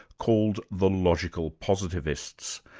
called the logical positivists.